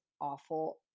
awful